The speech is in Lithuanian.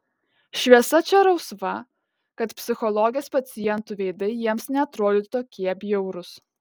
šviesa čia rausva kad psichologės pacientų veidai jiems neatrodytų tokie bjaurūs